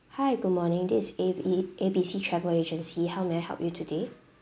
hi good morning this is A B A B C travel agency how may I help you today